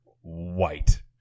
White